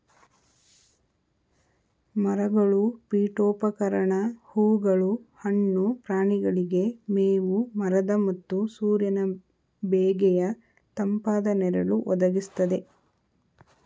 ಮರಗಳು ಪೀಠೋಪಕರಣ ಹೂಗಳು ಹಣ್ಣು ಪ್ರಾಣಿಗಳಿಗೆ ಮೇವು ಮರದ ಮತ್ತು ಸೂರ್ಯನ ಬೇಗೆಯ ತಂಪಾದ ನೆರಳು ಒದಗಿಸ್ತದೆ